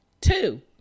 two